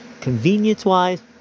Convenience-wise